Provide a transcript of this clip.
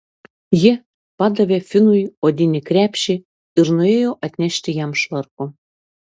ji padavė finui odinį krepšį ir nuėjo atnešti jam švarko